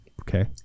Okay